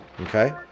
okay